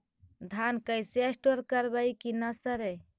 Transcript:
धान कैसे स्टोर करवई कि न सड़ै?